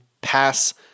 Pass